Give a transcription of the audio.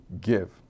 give